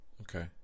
Okay